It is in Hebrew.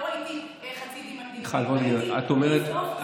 לא ראיתי חצי דינמיט, ראיתי בלי סוף זיקוקים.